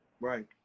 Right